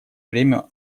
время